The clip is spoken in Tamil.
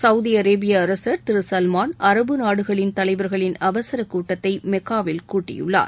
சவுதி அரேபிய அரசர் திருசல்மாள் அரபு நாடுகளின் தலைவர்களின் அவசர கூட்டத்தை மெக்காவில் கூட்டியுள்ளார்